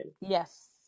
Yes